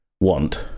want